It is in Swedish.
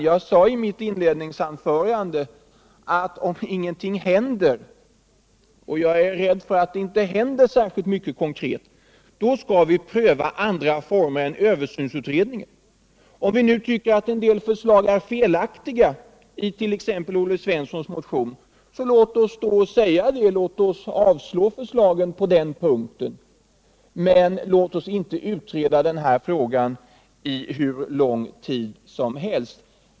Jag sade i mitt inledningsanförande att vi, om ingenting händer — och jag är rädd för att det inte händer särskilt mycket konkret — bör pröva andra former än översynsutredningen. Om vi nu tycker att en del förslag är felaktiga i t.ex. Olle Svenssons motion, låt oss då säga detta och låt oss avslå de förslagen. Men låt inte utreda denna fråga hur lång tid som helst.